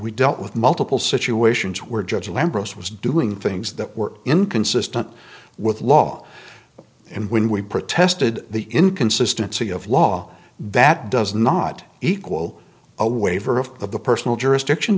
we dealt with multiple situations where judge limber us was doing things that were inconsistent with law and when we protested the inconsistency of law that does not equal a waiver of the personal jurisdiction